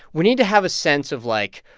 we need to have a sense of, like,